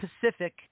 Pacific